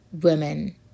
women